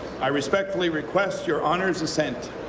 i respectfully request your honour's assent.